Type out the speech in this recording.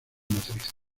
matriz